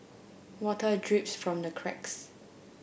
water drips from the cracks